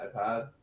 iPad